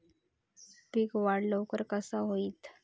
पीक वाढ लवकर कसा होईत?